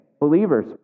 Believers